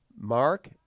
mark